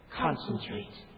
concentrate